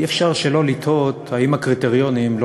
אי-אפשר שלא לתהות אם הקריטריונים לא